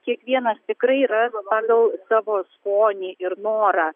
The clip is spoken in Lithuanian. kiekvienas tikrai yra pagal savo skonį ir norą